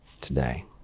today